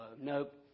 Nope